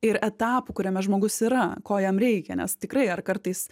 ir etapo kuriame žmogus yra ko jam reikia nes tikrai ar kartais